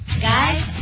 Guys